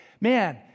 man